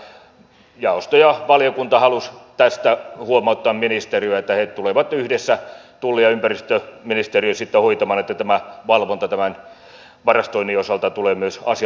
jaosto ja valiokunta halusivat tästä huomauttaa ministeriötä että he tulevat yhdessä tulli ja ympäristöministeriö sitten hoitamaan että tämä valvonta tämän varastoinnin osalta tulee myös asianmukaisesti hoidettua